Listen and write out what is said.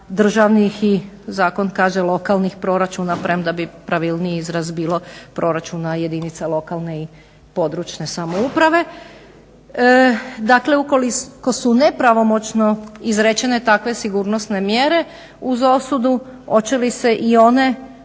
državnih i zakon kaže lokalnih proračuna, premda bi pravilniji izraz bilo proračuna jedinica lokalne i područne samouprave. Dakle, ukoliko su nepravomoćno izrečene takve sigurnosne mjere uz osudu hoće li se i one